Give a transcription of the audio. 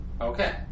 Okay